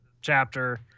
chapter